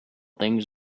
things